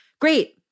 great